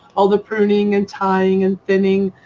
all the pruning and tying and thinning.